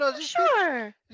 Sure